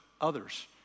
others